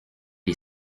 est